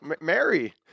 Mary